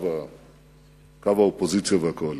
קו האופוזיציה והקואליציה.